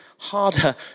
Harder